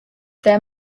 their